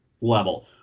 level